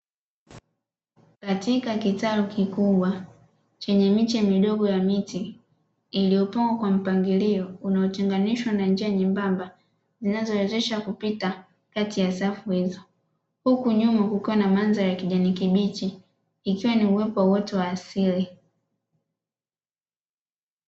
Katika kitalu kikubwa chenye miche midogo ya miti iliokua kwa mpangilio unaotenganishwa kwa njia nyembamba zinazowezesha kupita kati ya safu izo. Huku nyuma kukiwa na mandhari ya kijani kibichi ikiwa ni uwepo wa uoto wa asili.